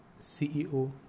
CEO